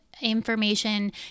information